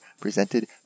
presented